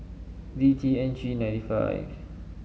D T N G ninety five